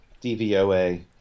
DVOA